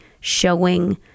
showing